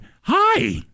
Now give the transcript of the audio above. Hi